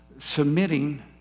Submitting